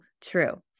true